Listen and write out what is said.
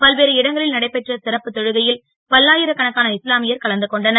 பல்வேறு இடங்களில் நடைபெற்ற சிறப்பு தொழுகை ல் பல்லா ரக்கணக்கான இஸ்லாமியர் கலந்து கொண்டனர்